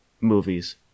movies